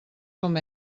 com